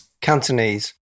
Cantonese